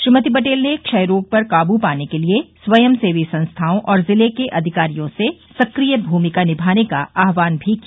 श्रीमती पटेल ने क्षय रोग पर काबू पाने के लिये स्वयंसेवी संस्थाओं और जिले के अधिकारियों से सक्रिय भूमिका निभाने का आहवान भी किया